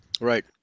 Right